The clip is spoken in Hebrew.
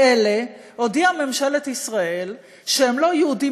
לאלה הודיעה ממשלת ישראל שהם לא יהודים